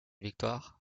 victoire